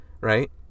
right